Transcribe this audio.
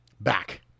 back